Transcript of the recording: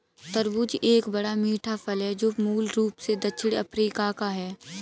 तरबूज एक बड़ा, मीठा फल है जो मूल रूप से दक्षिणी अफ्रीका का है